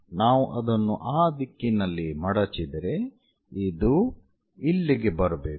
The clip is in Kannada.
ನಾವು ಅದನ್ನು ಆ ದಿಕ್ಕಿನಲ್ಲಿ ಮಡಚಿದರೆ ಇದು ಇಲ್ಲಿಗೆ ಬರಬೇಕು